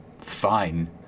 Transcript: fine